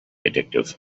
addictive